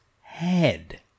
head